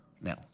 now